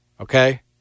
Okay